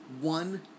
one